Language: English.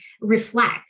reflect